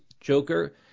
Joker